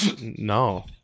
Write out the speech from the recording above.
no